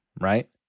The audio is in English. right